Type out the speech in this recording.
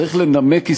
צריך לנמק הסתייגויות,